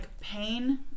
pain